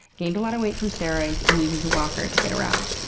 gained a lot of weight from steroids, and uses a walker to get around.